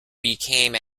became